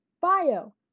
bio